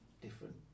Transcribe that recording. different